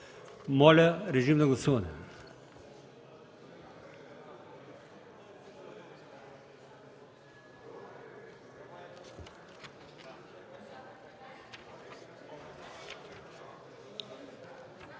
Моля, режим на гласуване